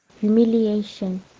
Humiliation